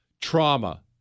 trauma